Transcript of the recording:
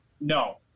No